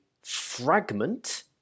fragment